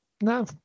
no